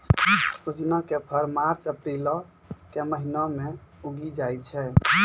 सोजिना के फर मार्च अप्रीलो के महिना मे उगि जाय छै